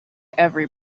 every